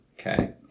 Okay